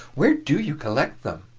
where do you collect them?